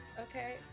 Okay